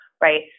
Right